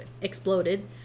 exploded